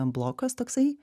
blokas toksai